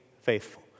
faithful